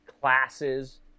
classes